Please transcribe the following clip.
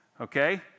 Okay